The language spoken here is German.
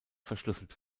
verschlüsselt